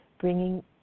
bringing